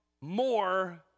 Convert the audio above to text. more